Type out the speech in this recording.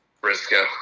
Briscoe